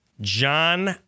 John